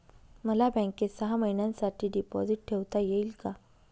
मला बँकेत सहा महिन्यांसाठी डिपॉझिट ठेवता येईल का?